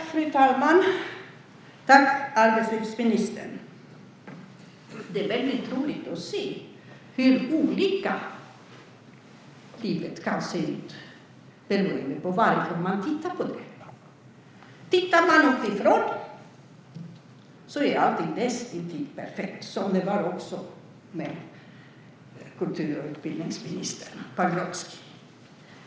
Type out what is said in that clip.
Fru talman! Tack, arbetslivsministern! Det är väldigt roligt att se hur olika livet kan se ut beroende på varifrån man tittar på det. Tittar man uppifrån är allting näst intill perfekt, som det också var med kultur och utbildningsminister Pagrotsky.